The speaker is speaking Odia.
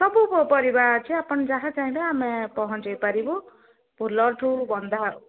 ସବୁ ପରିବା ଅଛି ଆପଣ ଯାହା ଚାହିଁବେ ଆମେ ପହଞ୍ଚେଇ ପାରିବୁ ଫୁଲଠୁ ବନ୍ଧା